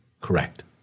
Correct